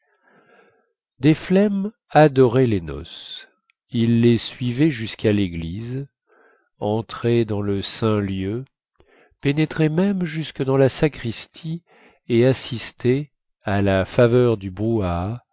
desflemmes adorait les noces il les suivait jusquà léglise entrait dans le saint lieu pénétrait même jusque dans la sacristie et assistait à la faveur du